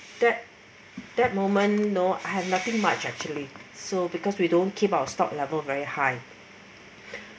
that that moment you know I had nothing much actually so because we don't keep our stock level very high